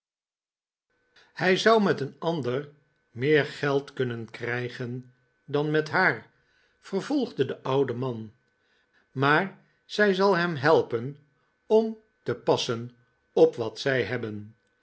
hij zou met een ander meer geld kunnen krijgen dan met haar vervolgde de oude man maar zij zal hem helpen om te passen op wat zij hebben